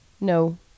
No